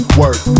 work